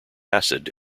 acid